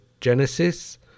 Genesis